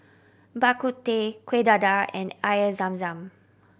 Bak Kut Teh Kuih Dadar and Air Zam Zam